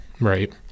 Right